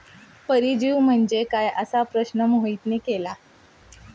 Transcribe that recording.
परजीवी म्हणजे काय? असा प्रश्न मोहितने केला